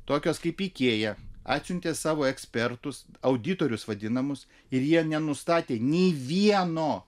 tokios kaip ikėja atsiuntė savo ekspertus auditorius vadinamus ir jie nenustatė nei vieno